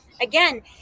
again